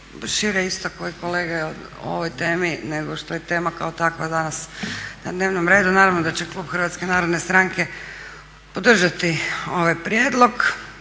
šire isto kao i kolege o ovoj temi nego što je tema kao takva danas na dnevnom redu. Naravno da će klub HNS-a podržati ovaj prijedlog